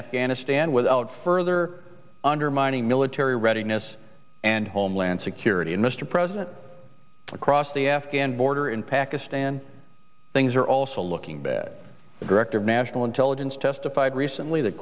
afghanistan without further undermining military readiness and homeland security mr president across the afghan border in pakistan things are also looking bad the director of national intelligence testified recently th